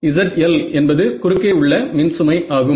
ZL என்பது குறுக்கே உள்ள மின் சுமை ஆகும்